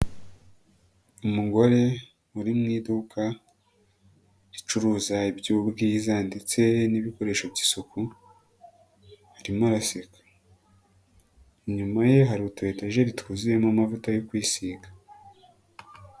Umugore uri mu idukacuruzay'ubwiza ndetse n'ibikoresho by'isuku, aririmo araseka, inyuma ye hari utu etejeri twuzuyemo amavuta yo kwisiga.